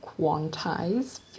quantize